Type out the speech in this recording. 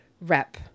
rep